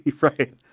Right